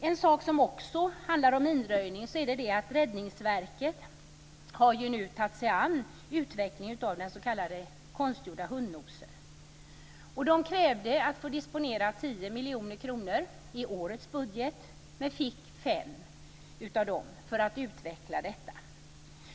En sak som också handlar om minröjning är att Räddningsverket nu har tagit sig an utvecklingen av den s.k. konstgjorda hundnosen. De krävde att få disponera 10 miljoner kronor i årets budget men fick 5 för att utveckla detta.